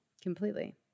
completely